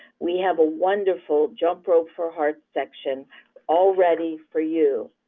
we have a wonderful jump rope for hearts section all ready for you.